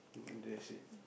that's it